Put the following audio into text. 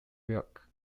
york